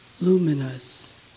luminous